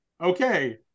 okay